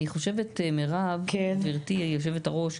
אני חושבת, גברתי יושבת הראש,